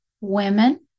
women